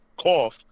cough